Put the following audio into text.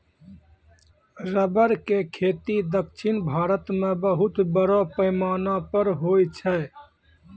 rubber के खेती दक्षिण भारत मॅ बहुत बड़ो पैमाना पर होय छै